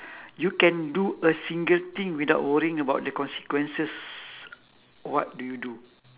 you can do a single thing without worrying about the consequences what do you do